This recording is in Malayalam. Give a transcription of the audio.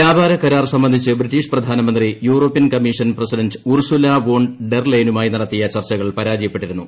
വ്യാപാര കരാർ സംബന്ധിച്ച് ബ്രിട്ടീഷ് പ്രധാനമന്ത്രി European commission president Ursula von der ലെയ്നുമായി നടത്തിയ ചർച്ചകൾ പരാജയപ്പെട്ടിരുന്നു